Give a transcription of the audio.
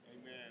Amen